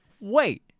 Wait